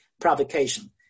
provocation